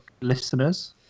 listeners